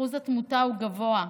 אחוז התמותה הוא גבוה,